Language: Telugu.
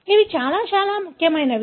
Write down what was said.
ఇవి చాలా చాలా ముఖ్యమైనవి